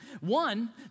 One